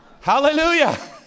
Hallelujah